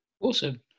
Awesome